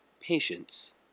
Patience